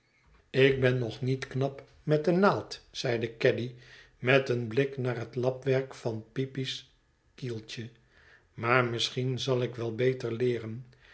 ik ben nog niet knap met de naald zeide caddy met een blik naar het lapwerk van peepy's kieltje maar misschien zal ik wel beter leeren